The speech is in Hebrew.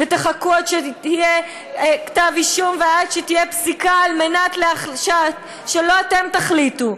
ותחכו עד שיהיה כתב אישום ועד שתהיה פסיקה על מנת שלא אתם תחליטו,